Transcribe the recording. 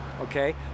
okay